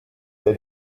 der